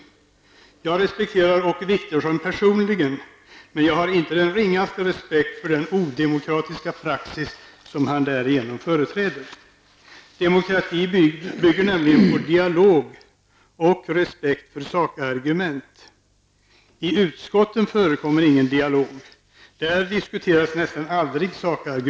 Jag respekterar Åke Wictorsson personligen, men jag har inte den ringaste respekt för den odemokratiska praxis som han därigenom företräder. Demokrati bygger nämligen på dialog och respekt för sakargument. I utskotten förekommer ingen dialog, och där diskuteras nästan aldrig sakargument.